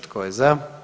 Tko je za?